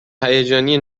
هیجانی